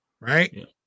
right